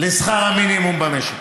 לשכר המינימום במשק.